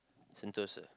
Sentosa